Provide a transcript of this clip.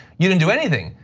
you didn't do anything,